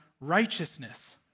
righteousness